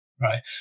right